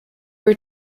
were